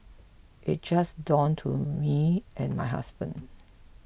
it just dawned to me and my husband